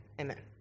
Amen